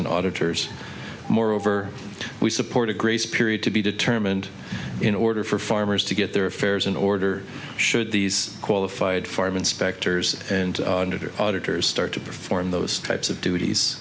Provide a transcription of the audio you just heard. and auditors moreover we support a grace period to be determined in order for farmers to get their affairs in order should these qualified farm inspectors and auditors start to perform those types of duties